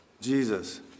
Jesus